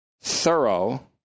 thorough